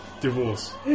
Divorce